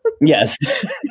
yes